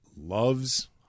Loves